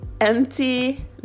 empty